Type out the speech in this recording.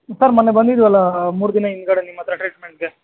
sir ಮೊನ್ನೆ ಬಂದಿದ್ವಲ್ಲ ಮೂರು ದಿನ ಹಿಂದ್ಗಡೆ ನಿಮ್ಮತ್ರ ಟ್ರೀಟ್ಮೆಂಟ್ಗೆ